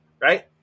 Right